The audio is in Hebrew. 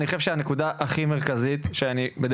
אני חושב שהנקודה הכי מרכזית,